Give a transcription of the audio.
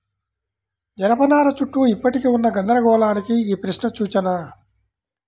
జనపనార చుట్టూ ఇప్పటికీ ఉన్న గందరగోళానికి ఈ ప్రశ్న సూచన